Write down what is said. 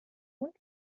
und